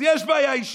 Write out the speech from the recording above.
אז יש בעיה אישית.